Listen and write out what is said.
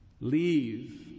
leave